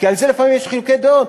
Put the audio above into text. כי על זה לפעמים יש חילוקי דעות.